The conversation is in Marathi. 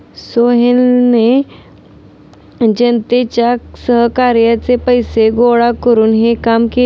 सोहेलने जनतेच्या सहकार्याने पैसे गोळा करून हे काम केले